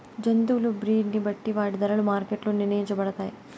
జంతువుల బ్రీడ్ ని బట్టి వాటి ధరలు మార్కెట్ లో నిర్ణయించబడతాయి